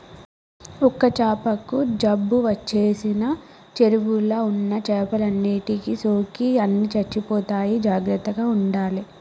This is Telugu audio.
ఒక్క చాపకు జబ్బు చేసిన చెరువుల ఉన్న చేపలన్నిటికి సోకి అన్ని చచ్చిపోతాయి జాగ్రత్తగ ఉండాలే